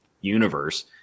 universe